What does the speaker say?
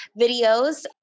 videos